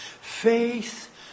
faith